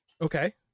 okay